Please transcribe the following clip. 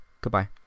goodbye